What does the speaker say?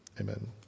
Amen